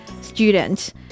student